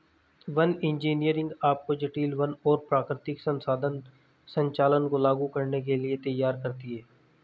one engineering आपको जटिल वन और प्राकृतिक संसाधन संचालन को लागू करने के लिए तैयार करती है